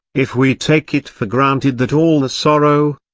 if we take it for granted that all the sorrow,